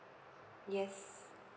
yes